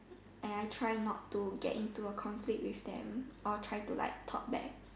and I try not to get into a conflict with them or try to talk back